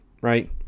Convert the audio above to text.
right